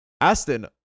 Aston